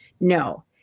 No